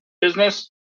business